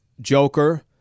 Joker